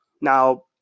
Now